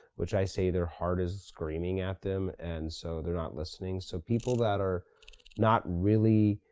which i say their heart is screaming at them, and so they're not listening. so people that are not really,